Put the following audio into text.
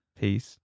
peace